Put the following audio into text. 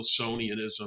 Wilsonianism